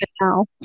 now